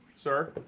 Sir